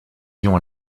dion